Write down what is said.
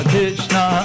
Krishna